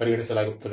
ಪರಿಗಣಿಸಲಾಗುತ್ತದೆ